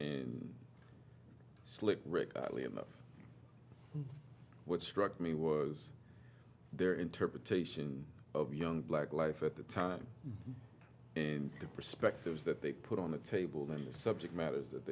and slick rick oddly enough what struck me was their interpretation of young black life at the time and the perspectives that they put on the table than the subject matters that